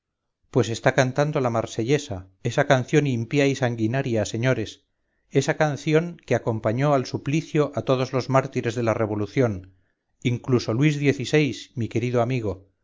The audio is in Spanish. pues está cantando la marsellesa esa canción impía y sanguinaria señores esa canción que acompañó al suplicio a todos los mártires de la revolución incluso luis xvi mi querido amigo